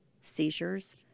seizures